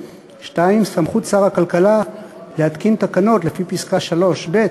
2. סמכות שר הכלכלה להתקין תקנות לפי פסקה 3(ב)